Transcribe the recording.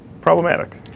problematic